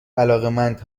علاقمند